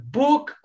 book